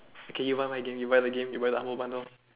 okay you buy my game you buy the game you buy the humble bundle